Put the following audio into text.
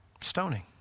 Stoning